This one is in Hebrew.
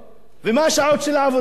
ומה השעות של העבודה שלהם.